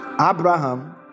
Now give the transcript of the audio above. Abraham